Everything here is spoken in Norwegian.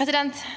til.